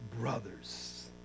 brothers